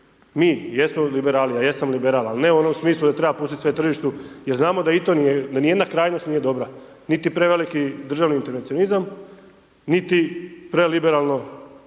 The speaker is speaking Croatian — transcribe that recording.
mi, jesmo liberali, ja jesam liberal, ali ne u onom smislu da treba pustiti sve tržištu jer znamo da i to nije, da ni jedna krajnost nije dobra, niti preveliki državni intervencionizam, niti preliberalno,